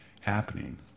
happening